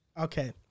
Okay